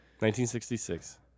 1966